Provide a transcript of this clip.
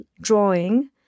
drawing